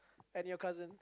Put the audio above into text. and your cousin